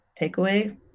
takeaway